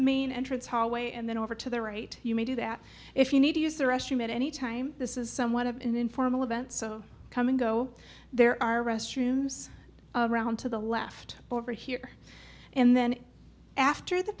main entrance hallway and then over to the right you may do that if you need to use the restroom at any time this is somewhat of an informal event so come in go there are restrooms around to the left over here and then after th